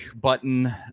button